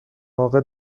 موقع